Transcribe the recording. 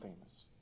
famous